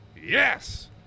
Yes